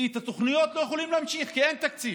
כי לא יכולים להמשיך את התוכניות, כי אין תקציב.